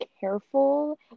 careful